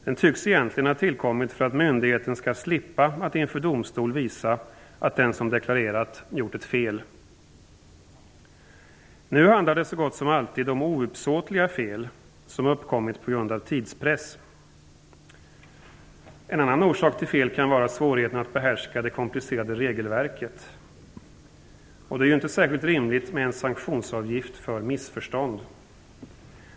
Den tycks egentligen ha tillkommit för att myndigheten skall slippa att inför domstol visa att den som deklarerat gjort ett fel. Det handlar så gott som alltid om ouppsåtliga fel som uppkommit på grund av tidspress. En annan orsak till fel kan vara svårigheten att behärska det komplicerade regelverket. Det är inte särskilt rimligt med en sanktionsavgift för missförstånd.